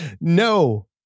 no